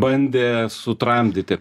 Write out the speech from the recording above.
bandė sutramdyti